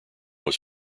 was